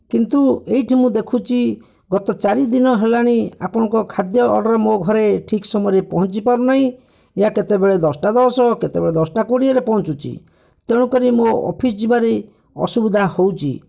କିନ୍ତୁ ଏଇଠି ମୁଁ ଦେଖୁଛି ଗତ ଚାରିଦିନ ହେଲାଣି ଆପଣଙ୍କ ଖାଦ୍ୟ ଅର୍ଡ଼ର୍ ମୋ ଘରେ ଠିକ୍ ସମୟରେ ପହଁଞ୍ଚିପାରୁ ନାହିଁ ଏହା କେତବେଳେ ଦଶଟା ଦଶ କେତେବେଳେ ଦଶଟା କୋଡ଼ିଏରେ ପହଞ୍ଚୁଛି ତେଣୁକରି ମୋ ଅଫିସ୍ ଯିବାରେ ଅସୁବିଧା ହେଉଛି